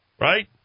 right